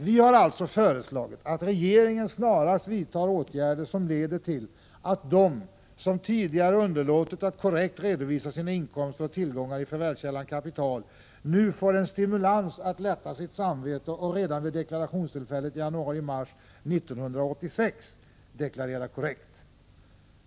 Vi har alltså föreslagit att regeringen snarast vidtar åtgärder som leder till att de som tidigare har underlåtit att korrekt redovisa sina inkomster och tillgångar i förvärvskällan kapital nu får en stimulans att lätta sitt samvete och att redan vid deklarationstillfället januari-mars 1986 deklarera korrekt.